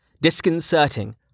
disconcerting